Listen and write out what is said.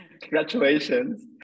congratulations